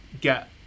get